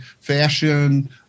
fashion